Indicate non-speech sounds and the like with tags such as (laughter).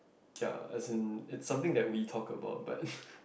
ya as in is something that we talk about but (breath)